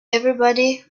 everybody